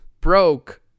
broke